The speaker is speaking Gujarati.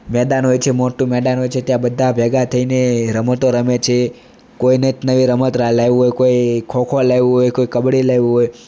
મેદાન હોય છે મોટું મેદાન હોય છે ત્યાં બધા ભેગા થઈને રમતો રમે છે કોઈ નીતનવી રમત લાવ્યું હોય કોઈ ખોખો લાવ્યું હોય કોઈ કબડ્ડી લાવ્યું હોય